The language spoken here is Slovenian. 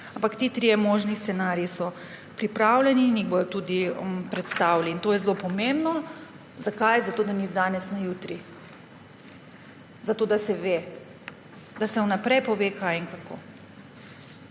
Ampak ti trije možni scenariji so pripravljeni in jih bodo tudi predstavili. To je zelo pomembno. Zakaj? Zato da ni z danes na jutri, zato da se ve, da se vnaprej pove, kaj in kako.